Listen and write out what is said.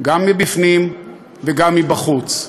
גם מבפנים וגם מבחוץ.